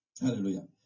Hallelujah